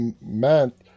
meant